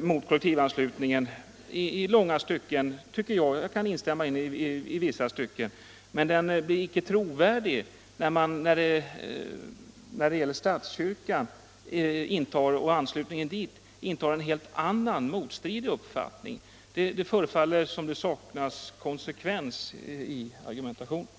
mot kollektivanslutningen kan jag i långa stycken instämma i, men den blir inte trovärdig, eftersom herr Björck när det gäller anslutning till statskyrkan intar en helt annan och motstridig uppfattning. Det förefaller som om det saknas konsekvens i argumenteringen.